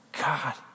God